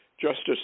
Justice